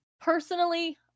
Personally